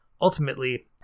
ultimately